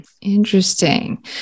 Interesting